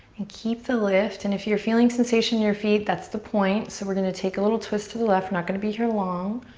keep the lift. and if you're feeling sensation in your feet, that's the point. so we're gonna take a little twist to the left, we're not gonna be here long.